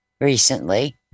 recently